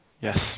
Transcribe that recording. Yes